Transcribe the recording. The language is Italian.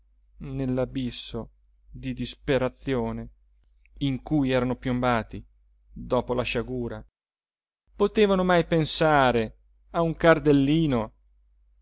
nell'abisso di disperazione in cui erano piombati dopo la sciagura potevano mai pensare a un cardellino